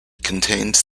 contains